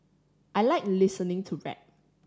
I like listening to rap